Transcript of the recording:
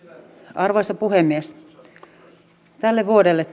arvoisa puhemies tälle vuodelle